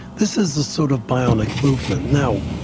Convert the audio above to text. this is a sort of bionic movement. now,